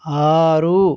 ఆరు